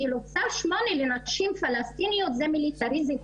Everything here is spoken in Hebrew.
כאילו צו 8 לנשים פלסטיניות זה מיליטריזם,